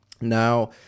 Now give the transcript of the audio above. now